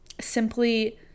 simply